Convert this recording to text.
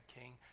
king